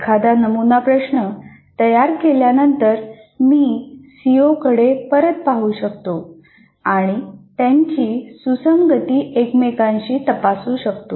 एकदा नमुना प्रश्न तयार केल्यानंतर मी सीओकडे परत पाहू शकतो आणि त्यांची सुसंगती एकमेकांशी तपासू शकतो